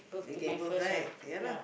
and gave birth right ya lah